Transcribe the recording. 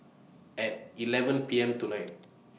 At eleven P M tonight